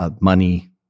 money